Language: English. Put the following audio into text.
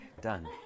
done